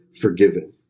forgiven